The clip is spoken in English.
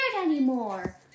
anymore